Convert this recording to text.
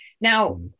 Now